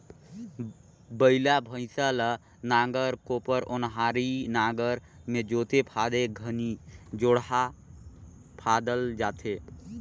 बइला भइसा ल नांगर, कोपर, ओन्हारी नागर मे जोते फादे घनी जोड़ा फादल जाथे